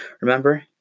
Remember